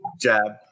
jab